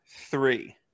three